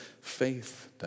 faith